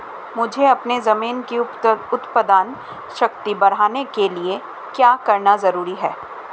मुझे अपनी ज़मीन की उत्पादन शक्ति बढ़ाने के लिए क्या करना होगा?